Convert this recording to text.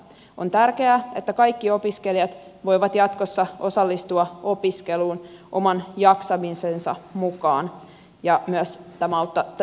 on tärkeää että kaikki opiskelijat voivat jatkossa osallistua opiskeluun oman jaksamisensa mukaan ja myös tämä on totta